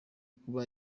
kuba